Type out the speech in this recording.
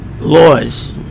laws